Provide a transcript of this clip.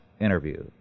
interview